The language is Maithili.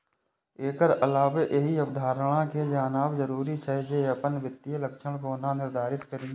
एकर अलावे एहि अवधारणा कें जानब जरूरी छै, जे अपन वित्तीय लक्ष्य कोना निर्धारित करी